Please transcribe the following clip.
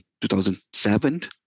2007